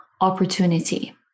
opportunity